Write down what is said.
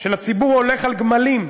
של הציבור הולך על גמלים,